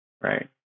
Right